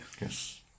Yes